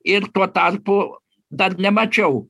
ir tuo tarpu dar nemačiau